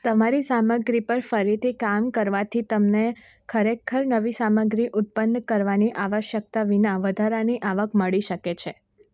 તમારી સામગ્રી પર ફરીથી કામ કરવાથી તમને ખરેખર નવી સામગ્રી ઉત્પન્ન કરવાની આવશ્યકતા વિના વધારાની આવક મળી શકે છે